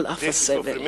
על אף הסבל.